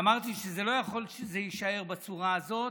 אמרתי שזה לא יכול להישאר בצורה הזאת.